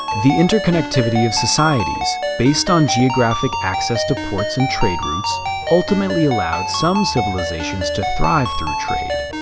the interconnectivity of societies based on geographic access to ports and trade routes ultimately allowed some civilizations to thrive through trade,